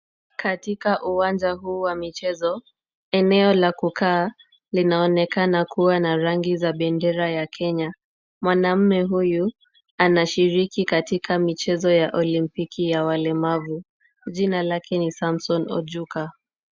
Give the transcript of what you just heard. Katika uwanja huu wa michezo, eneo la kukaa linaonekana kuwa na rangi za bendera ya Kenya. Mwanaume huyu, anashiriki katika michezo ya Olimpiki ya Walemavu. Jina lake ni Samson Ojuka.